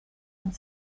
und